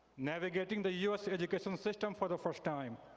navigating the u s. education system for the first time,